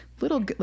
little